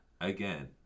Again